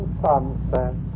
sunset